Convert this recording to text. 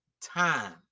time